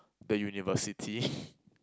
the University